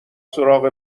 سراغ